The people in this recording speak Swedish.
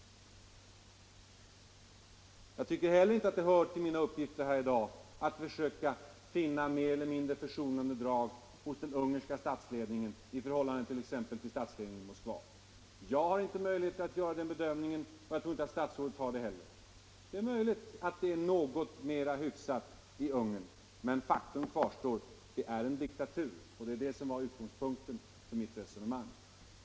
Jag tycker heller inte att det hör till mina uppgifter här i dag att försöka finna mer eller mindre försonande drag hos den ungerska statsledningen i förhållande till exempelvis statsledningen i Moskva. Jag har inte möjlighet att göra den bedömningen, och jag tror inte att statsrådet har det heller. Det är möjligt att det är något mera hyfsat i Ungern, men faktum kvarstår: det är en diktatur och det är det som var utgångspunkten för mitt resonemang.